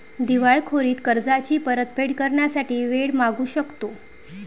दिवाळखोरीत कर्जाची परतफेड करण्यासाठी वेळ मागू शकतो